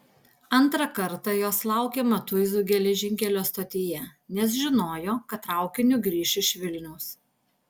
antrą kartą jos laukė matuizų geležinkelio stotyje nes žinojo kad traukiniu grįš iš vilniaus